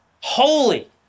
holy